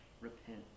repent